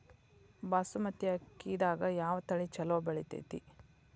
ಬಾಸುಮತಿ ಅಕ್ಕಿದಾಗ ಯಾವ ತಳಿ ಛಲೋ ಬೆಳಿತೈತಿ?